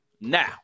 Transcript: Now